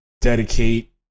dedicate